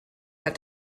that